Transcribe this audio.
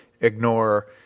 ignore